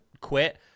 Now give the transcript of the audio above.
quit